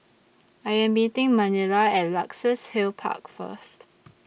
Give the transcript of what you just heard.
I Am meeting Manilla At Luxus Hill Park First